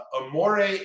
amore